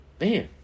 man